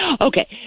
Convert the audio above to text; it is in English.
Okay